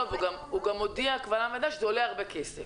לא, הוא גם הודיע קבל עם ועדה שזה עולה הרבה כסף.